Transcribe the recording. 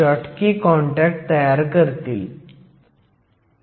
आपल्याकडे इलेक्ट्रॉन आणि होल्सची कॉन्सन्ट्रेशन देखील आहे